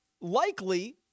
likely